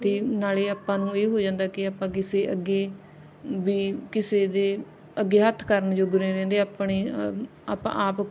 ਅਤੇ ਨਾਲ ਆਪਾਂ ਨੂੰ ਇਹ ਹੋ ਜਾਂਦਾ ਕਿ ਆਪਾਂ ਕਿਸੇ ਅੱਗੇ ਵੀ ਕਿਸੇ ਦੇ ਅੱਗੇ ਹੱਥ ਕਰਨ ਯੋਗ ਨਹੀਂ ਰਹਿੰਦੇ ਆਪਣੇ ਆਪਾਂ ਆਪ